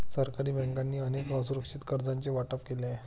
सरकारी बँकांनी अनेक असुरक्षित कर्जांचे वाटप केले आहे